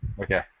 Okay